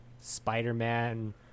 Spider-Man